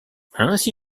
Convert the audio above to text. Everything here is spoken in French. ainsi